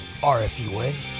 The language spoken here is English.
RFUA